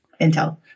Intel